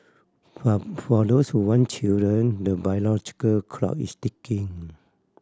but for those who want children the biological clock is ticking